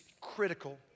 critical